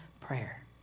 prayer